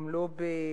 גם לא ב-2008.